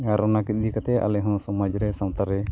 ᱟᱨ ᱚᱱᱟᱠᱚ ᱤᱫᱤ ᱠᱟᱛᱮᱫ ᱟᱞᱮᱦᱚᱸ ᱥᱚᱢᱟᱡᱽᱨᱮ ᱥᱟᱶᱛᱟᱨᱮ